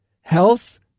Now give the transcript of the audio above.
health